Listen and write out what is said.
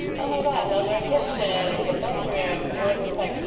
oh my god, i love the kitchen or the bedroom. it was just, like,